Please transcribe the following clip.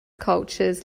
cultures